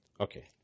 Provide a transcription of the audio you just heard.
Okay